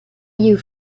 you